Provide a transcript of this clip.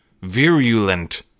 virulent